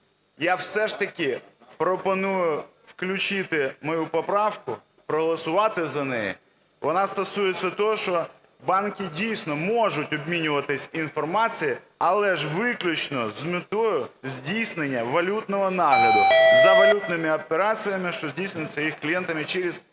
Я все ж таки пропоную включити мою поправку, проголосувати за неї. Вона стосується того, що банки дійсно можуть обмінюватися інформацією, але ж виключно з метою здійснення валютного нагляду за валютними операціями, що здійснюються їх клієнтами через